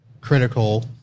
critical